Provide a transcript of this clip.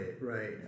right